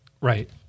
Right